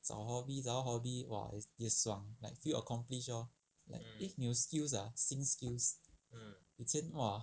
找 hobby 找到 hobby !wah! 也爽 like feel accomplish lor like eh 你有 skills ah 新 skills 以前 !wah!